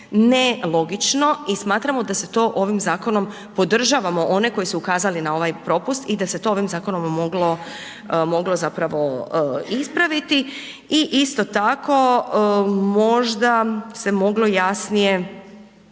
nelogično i smatramo da se to ovim zakonom podržavamo one koji su ukazali na ovaj propust i da se to ovim zakonom moglo ispraviti. I isto tako možda se moglo jasnije